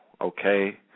okay